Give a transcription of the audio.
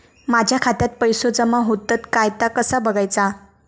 माझ्या खात्यात पैसो जमा होतत काय ता कसा बगायचा?